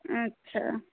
اچھا